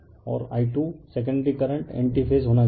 और I2 secondary current anti phase होना चाहिए